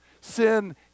sin